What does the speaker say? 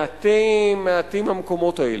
מעטים, מעטים המקומות האלה.